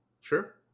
Sure